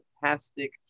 fantastic